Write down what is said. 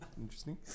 interesting